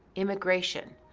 immigration,